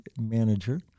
manager